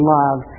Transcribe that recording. love